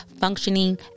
functioning